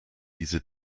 diese